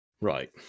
Right